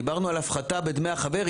דיברנו על הפחתה בדמי החבר.